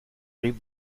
grippe